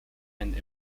and